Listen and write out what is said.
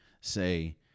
say